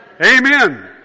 Amen